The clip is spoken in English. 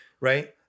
right